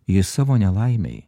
jis savo nelaimei